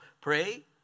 pray